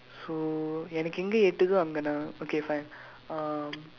so எனக்கு எங்கே எட்டுதோ அங்க நான்:enakku engkee etduthoo angkee naan okay fine um